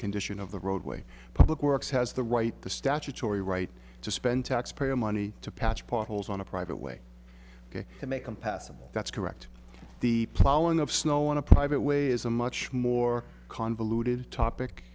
condition of the roadway public works has the right the statutory right to spend taxpayer money to patch potholes on a private way to make impassable that's correct the plowing of snow on a private way is a much more convoluted topic